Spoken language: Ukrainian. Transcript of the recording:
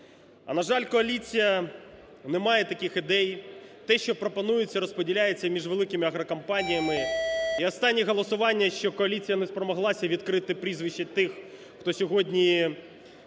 На жаль, коаліція не має таких ідей, те, що пропонується, розподіляється між великими агрокомпаніями. І останнє голосування, що коаліція не спромоглася відкрити прізвища тих, хто сьогодні